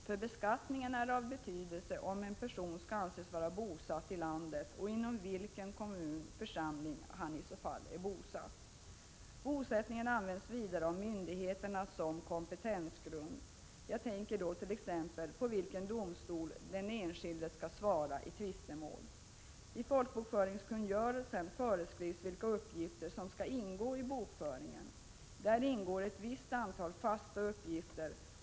För beskattningen är det av betydelse om en person skall anses vara bosatt i landet och inom vilken kommun och församling han i så fall är bosatt. Bosättning används vidare av myndigheterna som kompetensgrund. Jag tänker då t.ex. på i vilken domstol den enskilde skall svara i tvistemål. I folkbokföringskungörelsen föreskrivs vilka uppgifter som skall ingå i folkbokföringen. Däri ingår ett visst antal fasta uppgifter.